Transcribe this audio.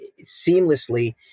seamlessly